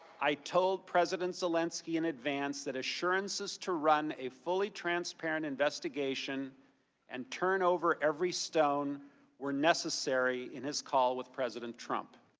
i told president zelensky in advance that assurances to run a full transparent investigation and turnover every stone were necessary in his call with president trump.